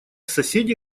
соседи